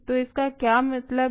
तो इसका क्या मतलब है